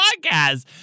podcast